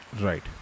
Right